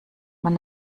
man